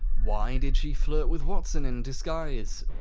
why did she flirt with watson in disguise?